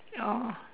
oh